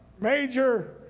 major